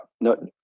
no